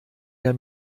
der